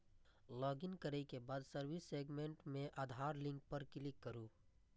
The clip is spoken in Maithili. लॉगइन करै के बाद सर्विस सेगमेंट मे आधार लिंक पर क्लिक करू